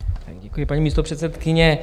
Děkuji, paní místopředsedkyně.